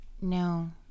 no